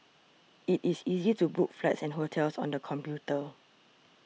it is easy to book flights and hotels on the computer